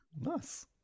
Nice